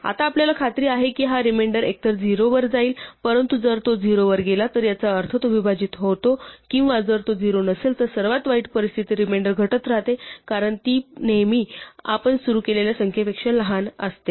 आता आपल्याला खात्री आहे की हा रिमेंडर एकतर 0 वर जाईल परंतु जर तो 0 वर गेला तर याचा अर्थ तो विभाजित होतो किंवा जर तो 0 नसेल तर सर्वात वाईट परिस्थितीत रिमेंडर घटत राहते कारण ती नेहमी आपण सुरू केलेल्या संख्येपेक्षा लहान असते